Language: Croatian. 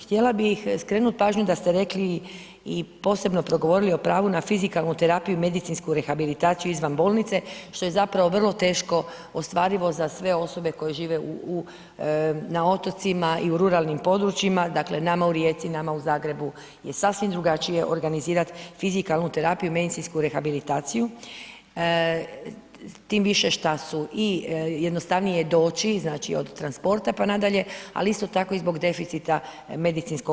Htjela bih skrenuti pažnju da ste rekli i posebno progovorili o pravu na fizikalnu terapiju i medicinsku rehabilitaciju izvan bolnice što je zapravo vrlo teško ostvarivo za sve osobe koje žive na otocima i u ruralnim područjima, dakle nama u Rijeci i nama u Zagrebu je sasvim drugačije organizirati fizikalnu terapiju i medicinsku rehabilitaciju tim više šta su i jednostavnije je doći, znači od transporta pa nadalje ali isto tako i zbog deficita medicinskog